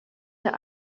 herr